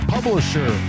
Publisher